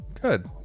good